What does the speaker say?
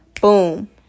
boom